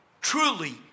truly